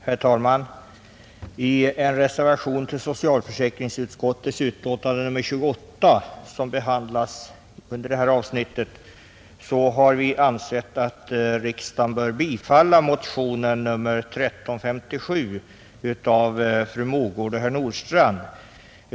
Herr talman! I en reservation till socialförsäkringsutskottets betänkande nr 28 som behandlas under detta avsnitt har vi yrkat att riksdagen skall bifalla motionen 1 357 av fru Mogård och herr Nordstrandh.